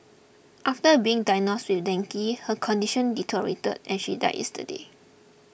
after being diagnosed with dengue her condition deteriorated and she died yesterday